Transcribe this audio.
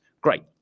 Great